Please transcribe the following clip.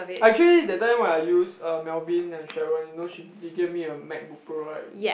I actually that time when I use uh Melvin and Sharon you know she they gave me a MacBook-Pro right